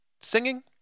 singing